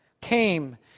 came